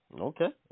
okay